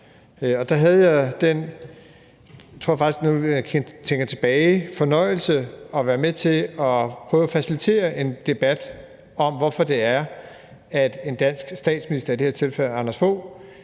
jeg synes det var, når jeg tænker tilbage – at være med til at prøve at facilitere en debat om, hvorfor en dansk statsminister, i det her tilfælde Anders Fogh